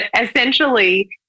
essentially